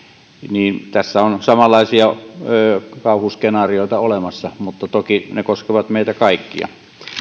niin tässä on samanlaisia kauhuskenaarioita olemassa mutta toki ne koskevat meitä kaikkia